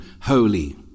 holy